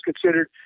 considered –